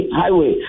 highway